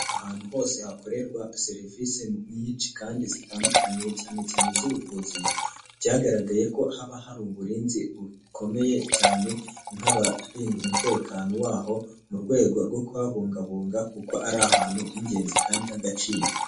Ahantu hose hakorerwa serivisi nyinshi kandi zitandukanye cyane cyane iz'ubuvuzi, byagaragaye ko haba hari uburinzi bukomeye cyane nk'abarinda umutekano waho, mu rwego rwo kuhabungabunga kuko ari ahantu h'ingenzi kandi h'agaciro.